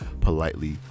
politely